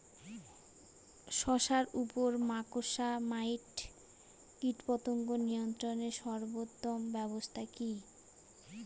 শশার উপর মাকড়সা মাইট কীটপতঙ্গ নিয়ন্ত্রণের সর্বোত্তম ব্যবস্থা কি?